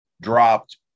dropped